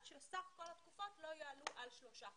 שסך כל התקופות לא יעלו על שלושה חודשים.